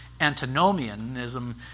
antinomianism